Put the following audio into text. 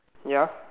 ya